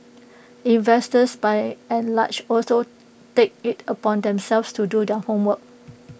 investors by and large also take IT upon themselves to do their homework